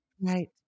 Right